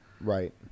right